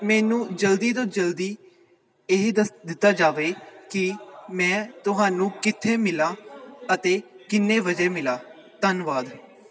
ਮੈਨੂੰ ਜਲਦੀ ਤੋਂ ਜਲਦੀ ਇਹ ਦੱਸ ਦਿੱਤਾ ਜਾਵੇ ਕਿ ਮੈਂ ਤੁਹਾਨੂੰ ਕਿੱਥੇ ਮਿਲਾ ਅਤੇ ਕਿੰਨੇ ਵਜੇ ਮਿਲਾ ਧੰਨਵਾਦ